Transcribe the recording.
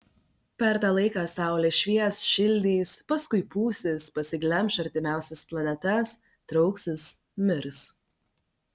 per tą laiką saulė švies šildys paskui pūsis pasiglemš artimiausias planetas trauksis mirs